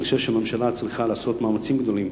אני חושב שהממשלה צריכה לעשות מאמצים גדולים